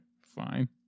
Fine